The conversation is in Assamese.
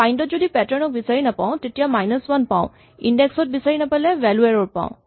ফাইন্ড ত যদি পেটাৰ্ণ ক বিচাৰি নাপাওঁ তেতিয়া মাইনাচ ৱান পাওঁ ইনডেক্স ত বিচাৰি নাপালে ভ্যেলু এৰ'ৰ পাওঁ